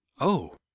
Oh